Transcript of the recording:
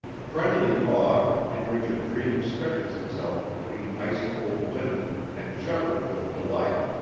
friendly fog, in which a dream stretches itself between ice-cold linen and shudders with delight!